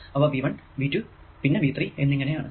അവ V 1 V 2 പിന്നെ V 3 എന്നിങ്ങനെ ആണ്